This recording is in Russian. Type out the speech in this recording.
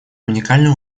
уникальную